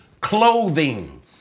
clothing